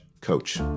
coach